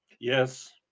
yes